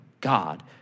God